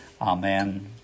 Amen